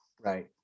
right